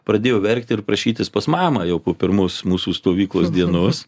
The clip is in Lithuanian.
pradėjo verkti ir prašytis pas mamą jau po pirmos mūsų stovyklos dienos